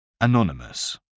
Anonymous